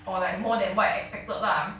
or like more than what I expected lah